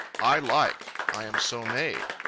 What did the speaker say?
i like. i am so made.